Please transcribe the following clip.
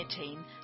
team